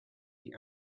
die